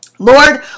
Lord